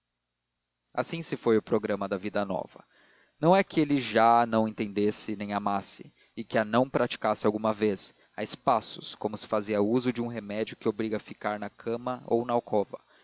assim se foi o programa da vida nova não é que ele já a não entendesse nem amasse ou que a não praticasse ainda alguma vez a espaços como se faz uso de um remédio que obriga a ficar na cama ou na alcova